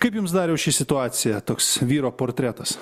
kaip jums dariau ši situacija toks vyro portretas